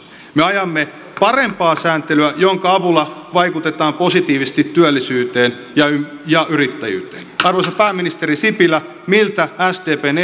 me ajamme parempaa sääntelyä jonka avulla vaikutetaan positiivisesti työllisyyteen ja ja yrittäjyyteen arvoisa pääministeri sipilä miltä sdpn